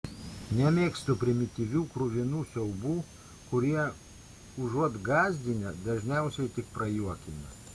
nemėgstu primityvių kruvinų siaubų kurie užuot gąsdinę dažniausiai tik prajuokina